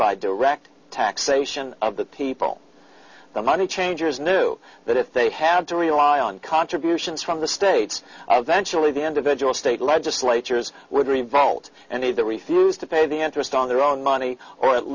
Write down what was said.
by direct taxation of the people the money changers knew that if they had to rely on contributions from the states then surely the individual state legislatures would revolt and if the refused to pay the interest on their own money or at